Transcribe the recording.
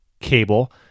cable